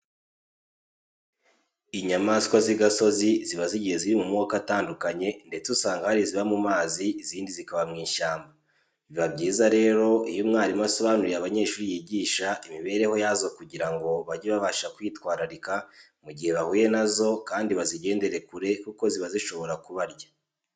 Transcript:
Inyamaswa z'igasozi ziba zigiye ziri mu moko atandukanye ndetse usanga hari iziba mu mazi izindi zikaba mu ishyamba. Biba byiza rero iyo umwarimu asobanuriye abanyeshuri yigisha imibereho yazo kugira ngo bajye babasha kwitwararika mu gihe bahuye na zo kandi bazigendere kure kuko ziba zishobora kubarya.